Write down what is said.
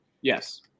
Yes